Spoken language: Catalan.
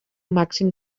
màxim